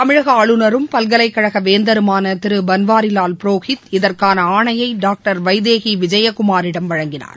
தமிழக ஆளுநரும் பல்கலைக்கழக வேந்தருமான திரு பன்வாரிலால் புரோஹித் இதற்கான ஆணையை டாக்டர் வைதேகி விஜயகுமாரிடம் வழங்கினார்